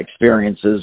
experiences